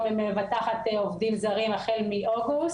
שמבטחת עובדים זרים החל מאוגוסט.